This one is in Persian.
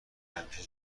همیشه